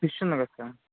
fish ఉంది కదా sir